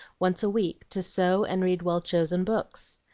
once a week, to sew, and read well-chosen books.